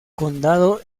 condado